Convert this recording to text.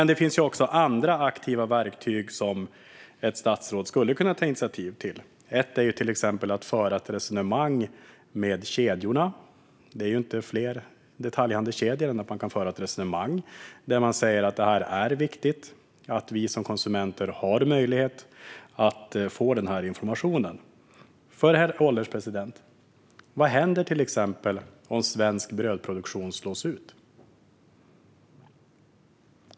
Det finns också andra aktiva verktyg som ett statsråd skulle kunna ta initiativ till att använda. Ett är att föra ett resonemang med kedjorna. Detaljhandelskedjorna är inte fler än att man kan föra ett resonemang med dem och säga att det är viktigt att vi konsumenter har möjlighet att få den informationen. Herr ålderspresident! Vad händer om svensk brödproduktion slås ut?